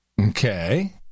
Okay